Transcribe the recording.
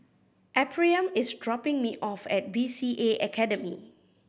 Ephriam is dropping me off at B C A Academy